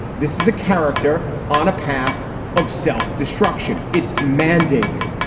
this is a character on a path of self-destruction. it's mandated.